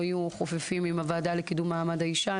יהיו חופפים עם הוועדה לקידום מעמד האישה,